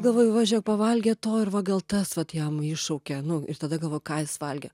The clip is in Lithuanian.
galvoju va žėk pavalgė to ir va gal tas vat jam iššaukia nu ir tada galvoju ką jis valgė